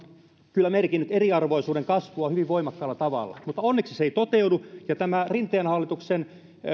kyllä merkinnyt eriarvoisuuden kasvua hyvin voimakkaalla tavalla mutta onneksi se ei toteudu tämä rinteen hallituksen